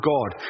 God